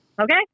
Okay